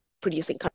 producing